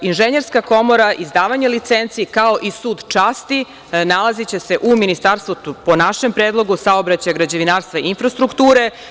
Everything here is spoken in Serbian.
Inženjerska komora, izdavanje licenci kao i Sud časti nalaziće se u Ministarstvu po našem predlogu saobraćaja, građevinarstva i infrastrukture.